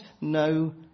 no